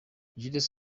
jules